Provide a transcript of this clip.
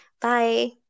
Bye